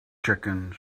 chicken